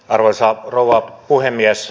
arvoisa rouva puhemies